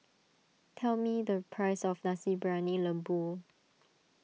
tell me the price of Nasi Briyani Lembu